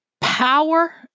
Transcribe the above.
Power